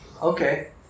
Okay